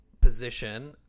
position